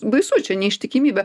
baisu čia neištikimybė